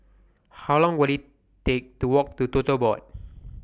How Long Will IT Take to Walk to Tote Board